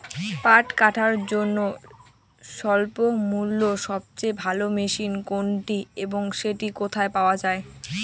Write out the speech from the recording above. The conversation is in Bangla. পাট কাটার জন্য স্বল্পমূল্যে সবচেয়ে ভালো মেশিন কোনটি এবং সেটি কোথায় পাওয়া য়ায়?